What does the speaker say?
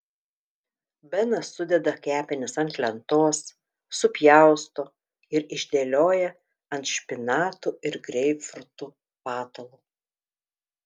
benas sudeda kepenis ant lentos supjausto ir išdėlioja ant špinatų ir greipfrutų patalo